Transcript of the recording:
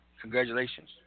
Congratulations